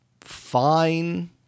fine